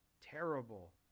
Terrible